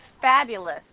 fabulous